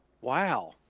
Wow